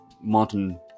modern